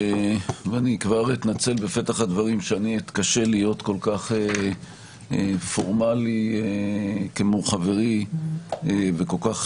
אני אתנצל בפתח הדברים שאני אתקשה להיות כל כך פורמלי כמו חברי וכל כך